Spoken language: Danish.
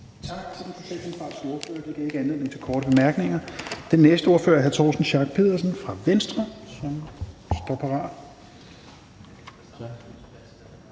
Tak til den socialdemokratiske ordfører. Det gav ikke anledning til korte bemærkninger. Den næste ordfører er hr. Torsten Schack Pedersen fra Venstre, som står parat.